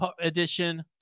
Edition